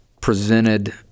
presented